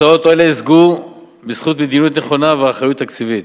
תוצאות אלה הושגו בזכות מדיניות נכונה ואחריות תקציבית.